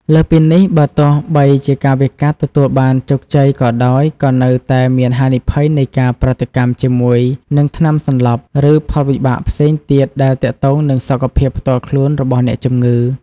លើសពីនេះ បើទោះបីជាការវះកាត់ទទួលបានជោគជ័យក៏ដោយ ក៏នៅតែមានហានិភ័យនៃការប្រតិកម្មជាមួយនឹងថ្នាំសន្លប់ ឬផលវិបាកផ្សេងទៀតដែលទាក់ទងនឹងសុខភាពផ្ទាល់ខ្លួនរបស់អ្នកជំងឺ។